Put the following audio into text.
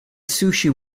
sushi